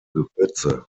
gewürze